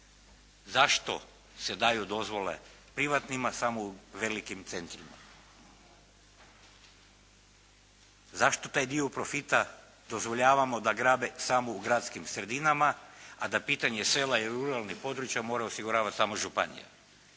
Zašto se daju dozvole privatnima samo u velikim centrima? Zašto taj dio profita dozvoljavamo da grabe samo u gradskim sredinama, a da pitanje sela i ruralnih područja mora osiguravati samo županija?